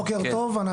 בוקר טוב,